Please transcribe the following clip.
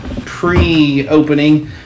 pre-opening